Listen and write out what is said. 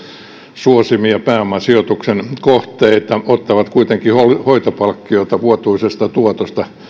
suosimia pääomasijoituksen kohteita ottavat kuitenkin hoitopalkkiota vuotuisesta tuotosta